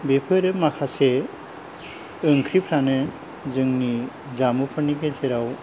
बेफोरो माखासे ओंख्रिफ्रानो जोंनि जामुफोरनि गेजेराव